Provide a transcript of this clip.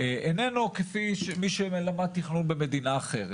איננו כפי שלמד תכנון במדינה אחרת.